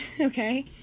okay